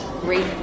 great